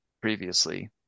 previously